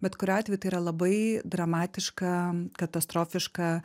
bet kuriuo atveju tai yra labai dramatiška katastrofiška